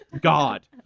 God